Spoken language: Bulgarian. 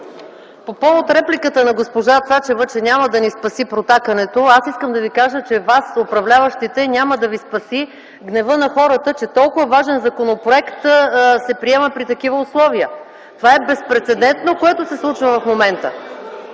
По повод репликата на госпожа Цачева, че няма да ни спаси протакането, аз искам да Ви кажа, че вас, управляващите, няма да ви спаси гневът на хората, че толкова важен законопроект се приема при такива условия. Това, което се случва в момента,